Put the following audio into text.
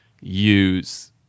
use